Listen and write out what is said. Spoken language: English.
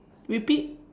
repeat